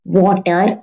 water